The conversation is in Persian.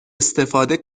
استفاده